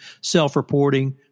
self-reporting